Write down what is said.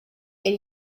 and